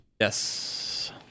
Yes